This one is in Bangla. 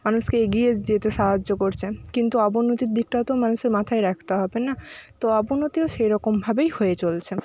মানুষকে এগিয়ে যেতে সাহায্য করছে কিন্তু অবনতির দিকটাও তো মানুষের মাথায় রাখতে হবে না তো অবনতিও সেরকমভাবেই হয়ে চলছে